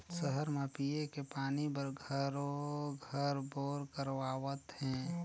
सहर म पिये के पानी बर घरों घर बोर करवावत हें